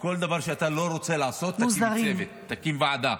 כל דבר שאתה לא רוצה לעשות, תקים צוות, תקים ועדה.